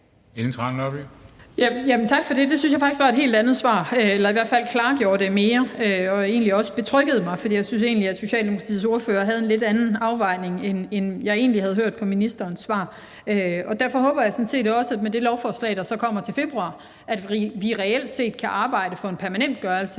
(V): Tak for det. Det synes jeg faktisk var et helt andet svar, og det klargjorde det i hvert fald mere, og det betryggede mig også, for jeg synes egentlig, at Socialdemokratiets ordfører havde en lidt anden afvejning, end jeg egentlig havde hørt på ministerens svar. Derfor håber jeg sådan set også, at vi med det lovforslag, der så kommer til februar, reelt set kan arbejde for en permanentliggørelse